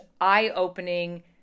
eye-opening